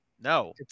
No